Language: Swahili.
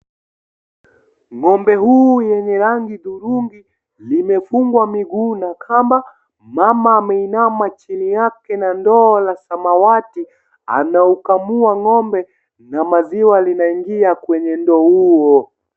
Ng'ombe huyu yenye rangi udhurungi limefungwa miguu na kamba, mama ameinama chini yake na ndoo la zamawadi, anaukamua ng'ombe na maziwa linaingia kwenye ndoo huo.